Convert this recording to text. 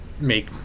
make